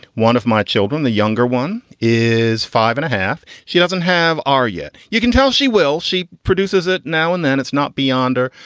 one of my children, the younger one, is five and a half. she doesn't have r yet. you can tell she will. she produces it now and then. it's not beyonder,